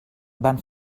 van